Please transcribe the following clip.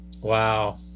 Wow